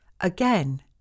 Again